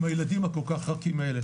עם הילדים הכל כך רכים האלה.